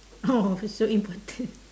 oh so important